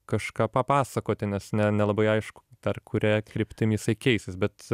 kažką papasakoti nes ne nelabai aišku dar kuria kryptim jisai keisis bet